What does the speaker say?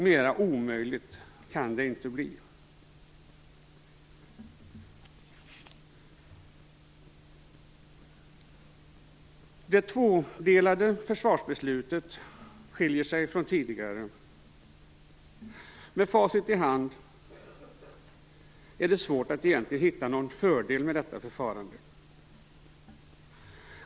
Mera omöjligt kan det inte bli. Det tvådelade försvarsbeslutet skiljer sig från tidigare beslut. Med facit i hand är det svårt att hitta någon fördel med detta förfarande.